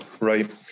Right